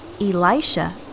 Elisha